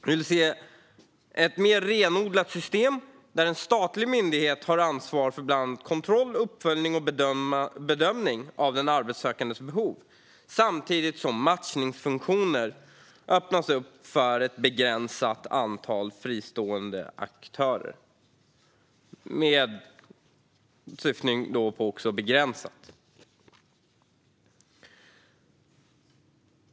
Vi vill se ett mer renodlat system där en statlig myndighet har ansvar för bland annat kontroll, uppföljning och bedömning av den arbetssökandes behov, samtidigt som matchningsfunktionen öppnas för ett begränsat antal fristående aktörer.